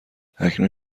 اکنون